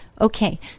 Okay